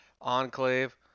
Enclave